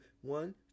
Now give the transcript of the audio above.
one